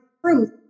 truth